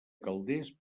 calders